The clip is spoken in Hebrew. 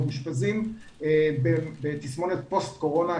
מאושפזים בתסמונת פוסט קורונה,